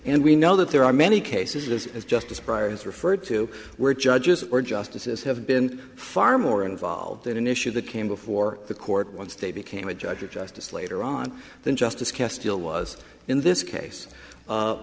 and we know that there are many cases as justice briar's referred to were judges or justices have been far more involved in an issue that came before the court once they became a judge of justice later on than justice castille was in this case